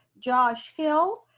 josh hill,